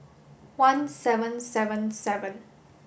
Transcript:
one seven seven seven